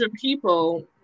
people